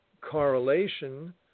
correlation